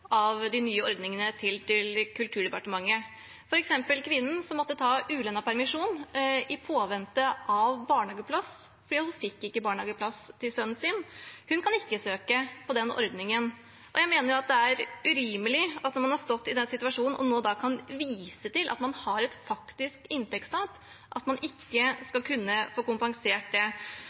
av de nye ordningene til Kulturdepartementet. For eksempel kvinnen som måtte ta ulønnet permisjon i påvente av barnehageplass fordi hun ikke fikk barnehageplass til sønnen sin, kan ikke søke på den ordningen. Jeg mener det er urimelig at man, når man har stått i den situasjonen og kan vise til at man har et faktisk inntektstap, ikke skal kunne få det kompensert. Er det